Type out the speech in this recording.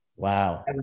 Wow